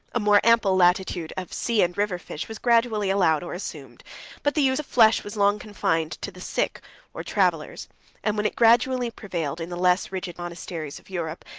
a more ample latitude of sea and river fish was gradually allowed or assumed but the use of flesh was long confined to the sick or travellers and when it gradually prevailed in the less rigid monasteries of europe,